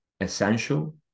essential